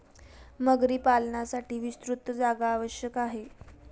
मगरी पालनासाठी विस्तृत जागा आवश्यक आहे